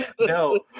No